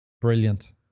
Brilliant